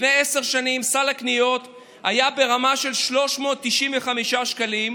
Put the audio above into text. לפני עשר שנים סל הקניות היה ברמה של 395 שקלים,